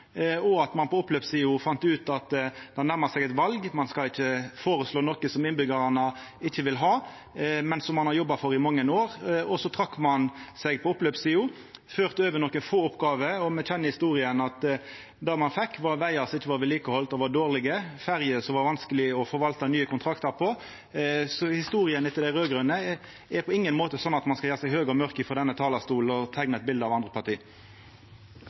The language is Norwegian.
og at ein på oppløpssida fann ut at ein nærma seg eit val, og at ein då ikkje skulle føreslå noko som innbyggjarane ikkje ville ha. Dei hadde jobba for det i mange år, men så trekte ein seg på oppløpssida. Ein førte over nokre få oppgåver, og me kjenner historia – at det ein fekk, var vegar som var dårlege og ikkje vedlikehaldne, og ferjer som det var vanskeleg å forvalta nye kontraktar på. Historia til dei raud-grøne er på ingen måte slik at ein bør gjera seg høg og mørk og frå denne talarstolen teikna eit bilete av andre parti.